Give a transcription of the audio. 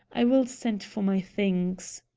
i will send for my things.